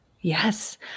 Yes